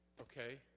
okay